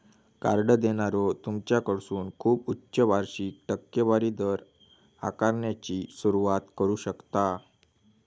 card देणारो तुमच्याकडसून खूप उच्च वार्षिक टक्केवारी दर आकारण्याची सुरुवात करू शकता